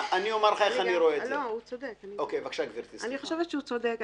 אני חושבת שהוא צודק.